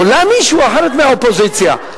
עולה מישהי אחרת, מהאופוזיציה,